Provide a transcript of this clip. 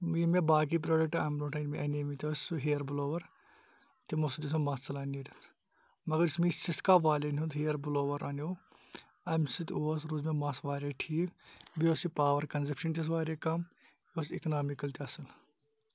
یِم مےٚ باقٕے پرٛوڈَکٹ اَمہِ بروںٛٹھ أنۍ مےٚ اَنےمٕتۍ ٲسۍ سُہ ہِیَر بٕلووَر تِمو سۭتۍ اوس مےٚ مَس ژَلان نیٖرِتھ مگر یُس مےٚ یہِ سِسکا والٮ۪ن ہُنٛد ہِیَر بٕلووَر اَنیو اَمہِ سۭتۍ اوس روٗز مےٚ مَس واریاہ ٹھیٖک بیٚیہِ اوس یہِ پاوَر کَنزٮ۪پشَن تہِ حظ واریاہ کَم ٲس اِکنامِکَل تہِ اَصٕل